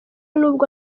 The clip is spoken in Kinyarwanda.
nubwo